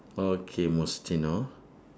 okay mustino